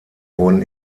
wurden